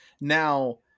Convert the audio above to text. now